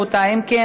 אם כן,